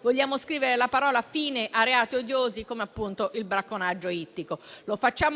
vogliamo scrivere la parola fine a reati odiosi, come appunto il bracconaggio ittico. Lo facciamo